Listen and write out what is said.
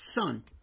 son